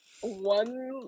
one